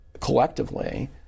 collectively